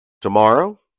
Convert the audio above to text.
tomorrow